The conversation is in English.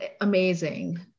amazing